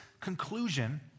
conclusion